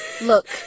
Look